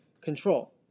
control